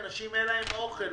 אנשים אין להם אוכל,